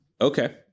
Okay